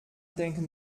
denken